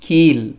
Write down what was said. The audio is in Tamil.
கீழ்